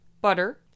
butter